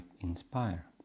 inspire